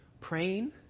Praying